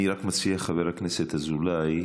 אני רק מציע, חבר הכנסת אזולאי,